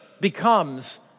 becomes